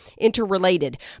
interrelated